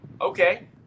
Okay